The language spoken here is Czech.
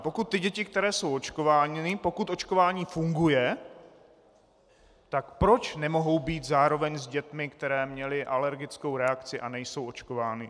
Pokud děti, které jsou očkovány a očkování funguje, tak proč nemohou být zároveň s dětmi, které měly alergickou reakci a nejsou očkovány?